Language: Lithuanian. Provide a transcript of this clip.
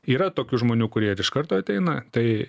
yra tokių žmonių kurie ir iš karto ateina tai